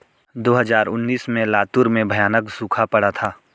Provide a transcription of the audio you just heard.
दो हज़ार उन्नीस में लातूर में भयानक सूखा पड़ा था